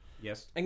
Yes